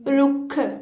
ਰੁੱਖ